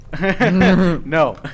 No